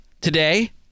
today